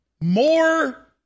more